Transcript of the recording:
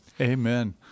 Amen